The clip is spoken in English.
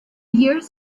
years